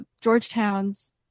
Georgetown's